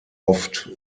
oft